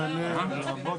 ננעלה בשעה